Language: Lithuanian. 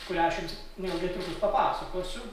kurią aš jums neilgai trukus papasakosiu